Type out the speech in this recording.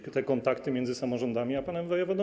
Były kontakty między samorządami a panem wojewodą.